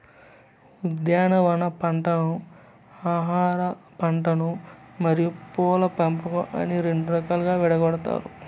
ఉద్యానవన పంటలను ఆహారపంటలు మరియు పూల పంపకం అని రెండు రకాలుగా విడగొట్టారు